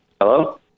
Hello